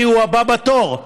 כי הוא הבא בתור.